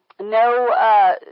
no